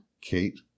Kate